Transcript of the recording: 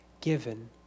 given